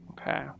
okay